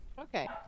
okay